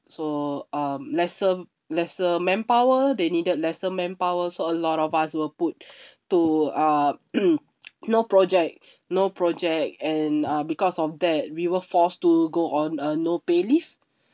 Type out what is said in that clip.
so um lesser lesser manpower they needed lesser manpower so a lot of us were put to uh no project no project and uh because of that we were forced to go on a no pay leave